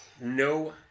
No